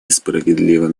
справедливым